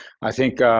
i think,